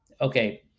Okay